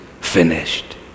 finished